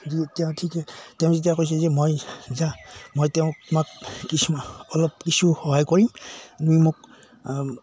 তেওঁ ঠিকে তেওঁ যেতিয়া কৈছে যে মই মই তেওঁক তোমাক কিছুমান অলপ কিছু সহায় কৰিম তুমি মোক